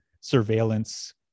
surveillance